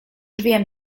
wiem